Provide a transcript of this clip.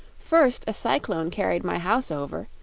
first a cyclone carried my house over,